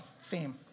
theme